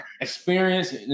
experience